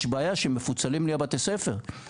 יש בעיה שמפוצלים לי בתי הספר,